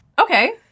Okay